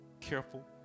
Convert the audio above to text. careful